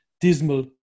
dismal